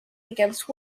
against